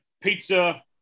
pizza